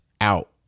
out